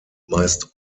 meist